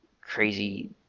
crazy